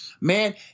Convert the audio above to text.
Man